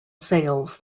sales